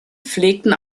pflegten